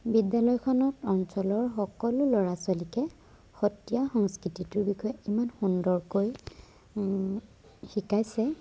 বিদ্যালয়খনত অঞ্চলৰ সকলো ল'ৰা ছোৱালীকে সত্ৰীয়া সংস্কৃতিটোৰ বিষয়ে ইমান সুন্দৰকৈ শিকাইছে